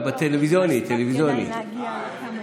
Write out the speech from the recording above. טלוויזיוני, טלוויזיוני.